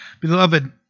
Beloved